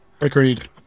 agreed